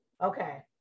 Okay